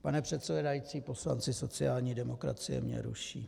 Pane předsedající, poslanci sociální demokracie mě ruší.